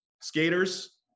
skaters